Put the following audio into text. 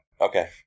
okay